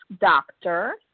doctor